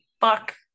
fuck